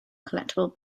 collectible